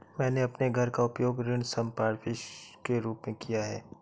मैंने अपने घर का उपयोग ऋण संपार्श्विक के रूप में किया है